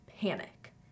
panic